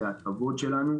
זה הכבוד שלנו.